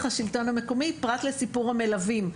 השלטון המקומי פרט לסיפור המלווים,